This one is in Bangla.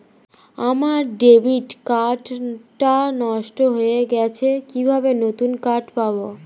আমার ডেবিট কার্ড টা নষ্ট হয়ে গেছে কিভাবে নতুন কার্ড পাব?